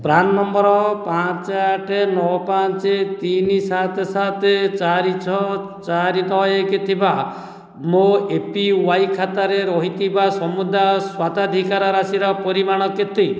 PRAN number ପାଞ୍ଚ ଆଠ ନଅ ପାଞ୍ଚ ତିନି ସାତ ସାତ ଚାରି ଛଅ ଚାରି ନଅ ଏକ ଥିବା ମୋ ଏପିୱାଇ ଖାତାରେ ରହିଥିବା ସମୁଦାୟ ସ୍ୱତ୍ୱାଧିକାର ରାଶିର ପରିମାଣ କେତେ